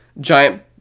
giant